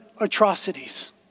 atrocities